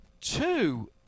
two